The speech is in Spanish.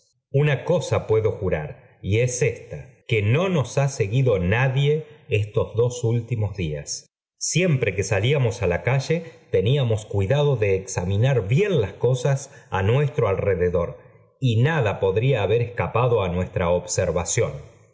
a cosa puedo jurar y es ésta que no nos ha seguido nadie estos dos últimos días siempre que salíamos á la cálle teníamos cuidado de examinar bien las cosas á ro rededor y nada podría haber escapado ó nuestra observación